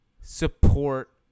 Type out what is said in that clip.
support